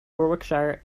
warwickshire